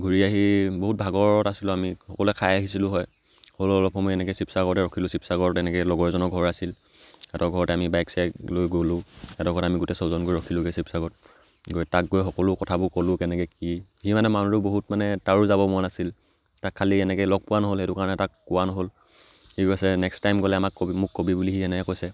ঘূৰি আহি বহুত ভাগৰত আছিলোঁ আমি সকলোৱে খাই আহিছিলোঁ হয় হ'লেও অলপ সময় এনেকৈ শিৱসাগৰতে ৰখিলোঁ শিৱসাগৰত এনেকৈ লগৰ এজনৰ ঘৰ আছিল সিহঁতৰ ঘৰতে আমি বাইক চাইক লৈ গ'লোঁ সিহঁতৰ ঘৰত আমি গোটেই ছয়জন গৈ ৰখিলোগে শিৱসাগৰত গৈ তাক গৈ সকলো কথাবোৰ ক'লোঁ কেনেকৈ কি সি মানে মানুহটো বহুত মানে তাৰো যাব মন আছিল তাক খালি এনেকৈ লগ পোৱা নহ'ল সেইটো কাৰণে তাক কোৱা নহ'ল সি কৈছে নেক্সট টাইম গ'লে আমাক কবি মোক কবি বুলি সি এনেকৈ কৈছে